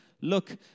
look